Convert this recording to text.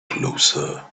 closer